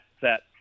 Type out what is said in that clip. set